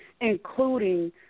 including